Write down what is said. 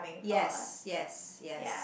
yes yes yes